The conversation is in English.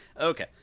Okay